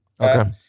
okay